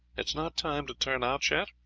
it's not time to turn out yet?